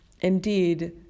indeed